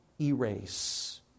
erase